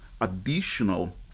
additional